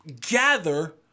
gather